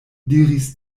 diris